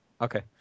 Okay